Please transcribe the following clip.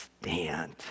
stand